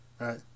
right